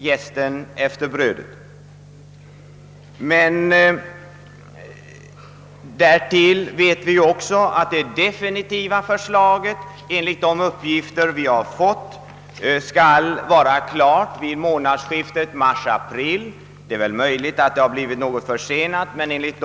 Det är som att slänga in jästen efter degen. Vi vet också att det definitiva förslaget enligt de skriftliga uppgifter vi fått skall vara klart vid månadsskiftet mars—april, men det är möjligt att det blivit något försenat.